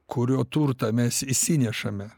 kurio turtą mes išsinešame